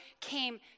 came